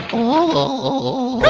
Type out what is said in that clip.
o